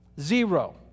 Zero